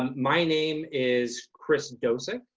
um my name is chris dosa